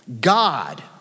God